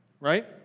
Right